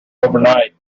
overnight